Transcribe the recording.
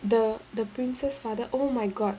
the the prince's father oh my god